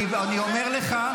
אני אומר לך,